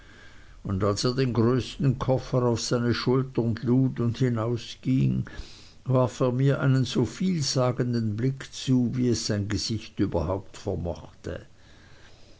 und als er den größten koffer auf seine schultern lud und hinausging warf er mir einen so vielsagenden blick zu wie es sein gesicht überhaupt vermochte